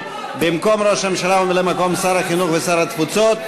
במקום ראש הממשלה וממלא-מקום שר החינוך ושר התפוצות.